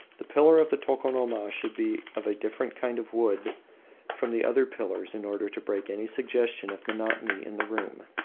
the pillar of the tokonoma should be of a different kind of wood from the other pillars, in order to break any suggestion of monotony in the room.